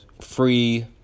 free